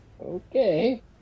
Okay